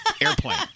airplane